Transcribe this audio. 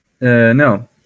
No